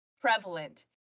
prevalent